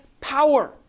power